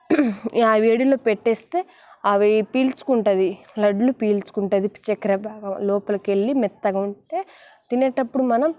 ఆ వేడిలో పెట్టేస్తే అవి పీల్చుకుంటుంది లడ్లు పీల్చుకుంటుంది చక్కర పాకం లోపలికి వెళ్ళి మెత్తగా ఉంటే తినేటప్పుడు మనం